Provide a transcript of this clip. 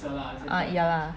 err ya lah